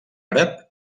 àrab